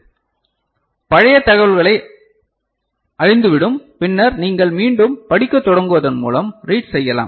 எனவே பழைய தகவல்கள் அழிந்துவிடும் பின்னர் நீங்கள் மீண்டும் படிக்கத் தொடங்குவதன் மூலம் ரீட் செய்யலாம்